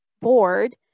board